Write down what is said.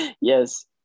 yes